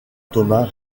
thomas